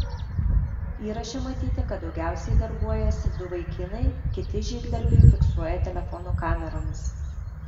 įraše matyti kad daugiausiai darbuojasi du vaikinai kiti žygdarbį fiksuoja telefonų kameromis